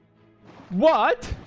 what?